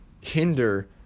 hinder